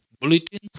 bulletins